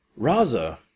Raza